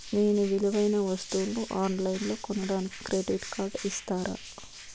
నేను విలువైన వస్తువులను ఆన్ లైన్లో కొనడానికి క్రెడిట్ కార్డు ఇస్తారా?